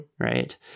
right